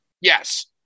Yes